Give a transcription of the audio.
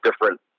different